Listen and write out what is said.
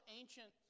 ancient